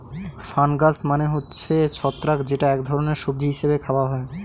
fungus মানে হচ্ছে ছত্রাক যেটা এক ধরনের সবজি হিসেবে খাওয়া হয়